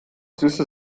süße